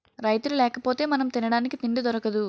రైతులు లేకపోతె మనం తినడానికి తిండి దొరకదు